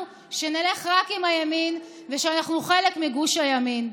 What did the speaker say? שנלך רק עם הימין ושאנחנו חלק מגוש הימין.